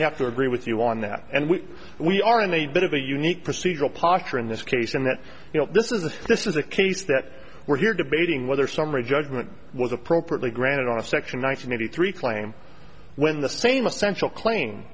have to agree with you on that and we we are in a bit of a unique procedural posture in this case and that you know this is this is a case that we're here debating whether summary judgment was appropriately granted on a section one hundred eighty three claim when the same essential claim